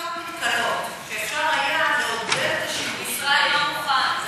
יש שקיות מתכלות, שאפשר היה לעודד המשרד לא מוכן.